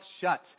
shut